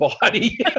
body